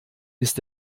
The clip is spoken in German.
ist